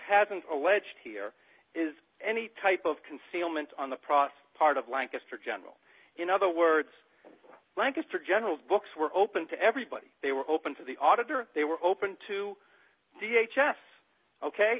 been alleged here is any type of concealment on the product part of lancaster general in other words lancaster general books were open to everybody they were open to the auditor they were open to the h s ok